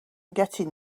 getting